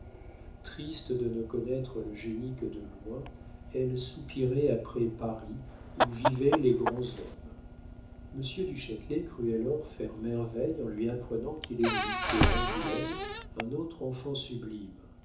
triste de ne connaître le génie que de loin elle soupirait après paris où vivaient les grands hommes monsieur du châtelet crut alors faire merveille en lui apprenant qu'il existait à angoulême un autre enfant sublime